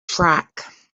track